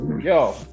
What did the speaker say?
Yo